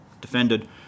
defended